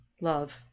Love